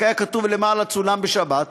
רק היה כתוב למעלה "צולם בשבת",